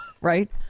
right